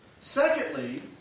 Secondly